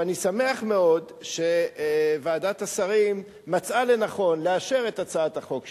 ואני שמח מאוד שוועדת השרים מצאה לנכון לאשר את הצעת החוק שלנו.